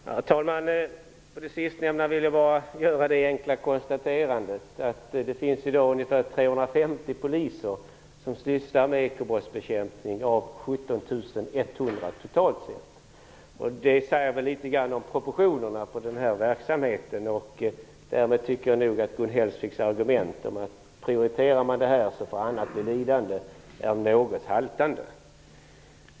Herr talman! Med anledning av det sistnämnda vill jag bara göra det enkla konstaterandet att det i dag av totalt 17 100 poliser är ungefär 350 som sysslar med ekobrottsbekämpning. Det säger litet grand om proportionerna på denna verksamhet. Jag tycker därför att Gun Hellsviks argument att annat blir lidande om man prioriterar denna verksamhet är något haltande.